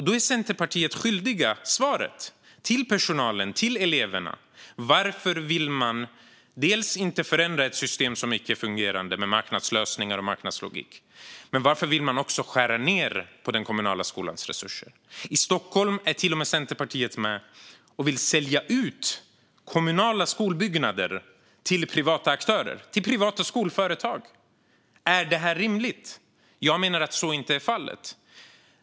Då är Centerpartiet svaret skyldigt till personalen och till eleverna. Varför vill man inte förändra ett icke-fungerande system med marknadslösningar och marknadslogik? Varför vill man också skära ned på den kommunala skolans resurser? I Stockholm vill Centerpartiet till och med sälja ut kommunala skolbyggnader till privata aktörer och privata skolföretag. Är det här rimligt? Jag menar att så inte är fallet.